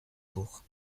cour